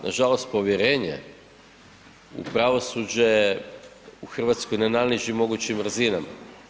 Nažalost povjerenje u pravosuđe u Hrvatskoj je na najnižim mogućim razinama.